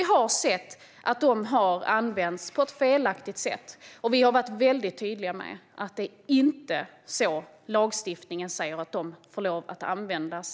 Vi har sett att avskiljning har använts på ett felaktigt sätt, och vi har varit tydliga med att det inte är så lagstiftningen säger att avskiljning ska användas.